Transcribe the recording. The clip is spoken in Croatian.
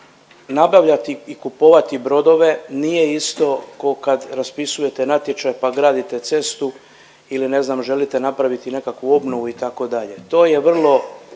nabavljati i kupovati brodove nije isto ko' kad raspisujete natječaj pa gradite cestu ili ne znam želite napraviti nekakvu obnovu itd. To je vrlo